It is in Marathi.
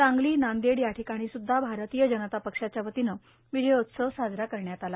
सांगली नांदेड याठिकाणी स्दृधा भारतीय जनता पक्षाच्या वतीनं विजयोत्सव साजरा करण्यात आला